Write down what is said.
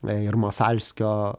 ir masalskio